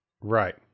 right